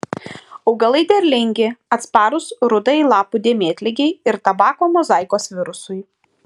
augalai derlingi atsparūs rudajai lapų dėmėtligei ir tabako mozaikos virusui